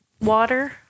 water